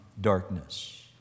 darkness